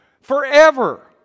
forever